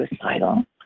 suicidal